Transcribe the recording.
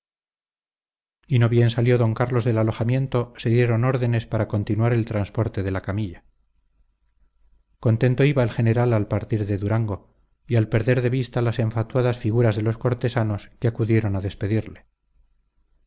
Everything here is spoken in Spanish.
y no bien salió d carlos del alojamiento se dieron órdenes para continuar el transporte de la camilla contento iba el general al partir de durango y al perder de vista las enfatuadas figuras de los cortesanos que acudieron a despedirle